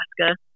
Alaska